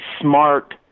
smart